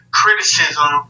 criticism